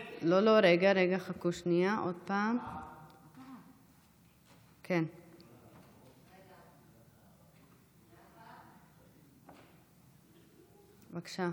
4. בבקשה.